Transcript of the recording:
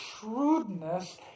shrewdness